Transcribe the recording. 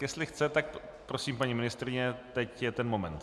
Jestli chce, tak prosím, paní ministryně, teď je ten moment.